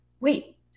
wait